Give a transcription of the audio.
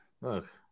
Look